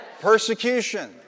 persecution